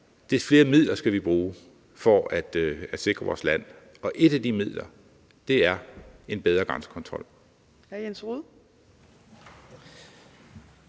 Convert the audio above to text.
er, des flere midler skal vi bruge for at sikre vores land. Og et af de midler er en bedre grænsekontrol.